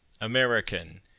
American